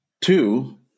Two